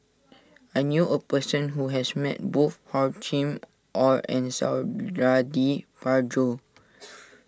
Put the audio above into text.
I knew a person who has met both Hor Chim or and Suradi Parjo